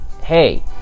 Hey